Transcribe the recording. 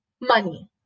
Money